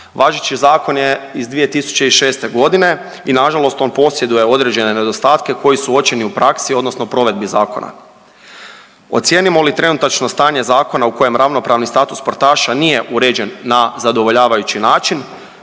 Važeći zakon je iz 2006.g. i nažalost on posjeduje određene nedostatke koji su uočeni u praksi odnosno u provedbi zakona. Ocijenimo li trenutačno stanje zakona u kojem ravnopravni status sportaša nije uređen na zadovoljavajući način,